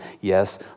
Yes